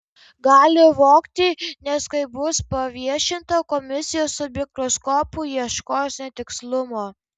gali vogti nes kai bus paviešinta komisijos su mikroskopu ieškos netikslumo